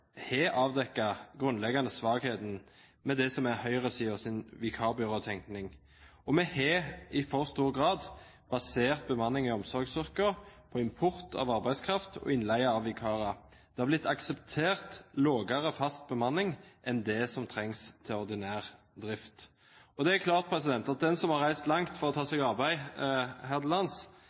vikarbyråtenkning. Vi har i for stor grad basert bemanningen i omsorgsyrkene på import av arbeidskraft og innleie av vikarer. Det har blitt akseptert lavere fast bemanning enn det som trengs til ordinær drift. Det er klart at den som har reist langt for å ta seg arbeid